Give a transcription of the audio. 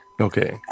Okay